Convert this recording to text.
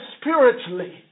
spiritually